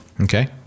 Okay